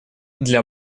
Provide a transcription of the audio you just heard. для